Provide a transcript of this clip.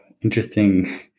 interesting